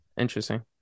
Interesting